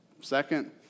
second